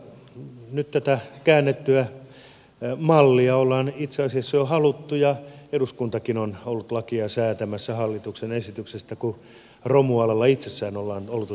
erinomaista nyt tätä käännettyä mallia ollaan itse asiassa jo haluttu ja eduskuntakin on ollut lakia säätämässä hallituksen esityksestä kun romualalla itsellään on ollut tähän toiveita